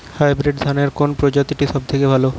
Hybrid ধানের কোন প্রজীতিটি সবথেকে ভালো?